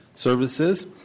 services